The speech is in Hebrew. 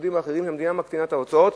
בסבסודים האחרים המדינה מקטינה בהם את ההוצאות,